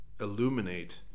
illuminate